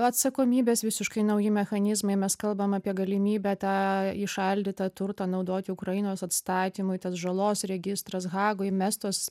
atsakomybės visiškai nauji mechanizmai mes kalbam apie galimybę tą įšaldytą turtą naudoti ukrainos atstatymui tas žalos registras hagoj mestos